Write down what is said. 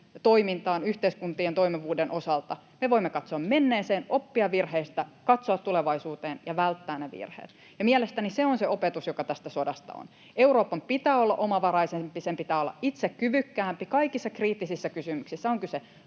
toimintaan yhteiskuntien toimivuuden osalta. Me voimme katsoa menneeseen, oppia virheistä, katsoa tulevaisuuteen ja välttää ne virheet, ja mielestäni se on se opetus, joka tästä sodasta on. Euroopan pitää olla omavaraisempi, sen pitää olla itse kyvykkäämpi kaikissa kriittisissä kysymyksissä, on kyse